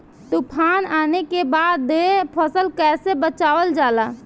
तुफान आने के बाद फसल कैसे बचावल जाला?